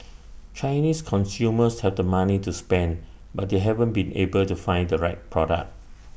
Chinese consumers have the money to spend but they haven't been able to find the right product